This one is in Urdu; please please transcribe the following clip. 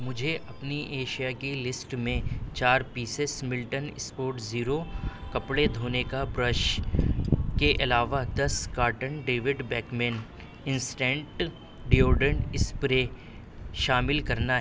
مجھے اپنی ایشیاء کی لسٹ میں چار پیسز ملٹن اسپوٹ زیرو کپڑے دھونے کا برش کے علاوہ دس carton David Beckham instant deodorant spray شامل کرنا ہے